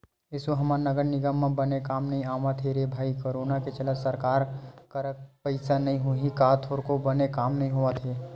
एसो हमर नगर निगम म बने काम नइ होवत हे रे भई करोनो के चलत सरकार करा पइसा नइ होही का थोरको बने काम नइ होवत हे